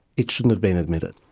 it shouldn't have been admitted.